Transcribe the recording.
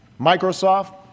Microsoft